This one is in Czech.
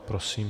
Prosím.